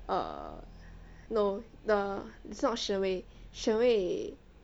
err no the it's not 沈巍沈巍